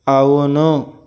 అవును